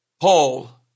Paul